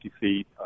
feet